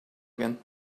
again